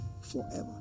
forever